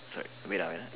correct wait ah wait ah